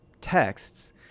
texts